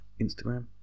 Instagram